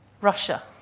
Russia